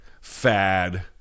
fad